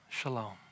Shalom